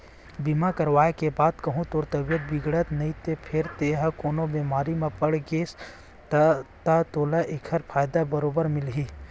बीमा करवाय के बाद कहूँ तोर तबीयत बिगड़त नइते फेर तेंहा कोनो बेमारी म पड़ गेस ता तोला ऐकर फायदा बरोबर मिलही